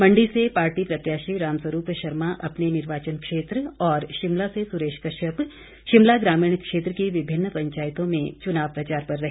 मंडी से पार्टी प्रत्याशी रामस्वरूप शर्मा अपने निर्वाचन क्षेत्र और शिमला से सुरेश कश्यप शिमला ग्रामीण क्षेत्र की विभिन्न पंचायतों में चुनाव प्रचार पर रहे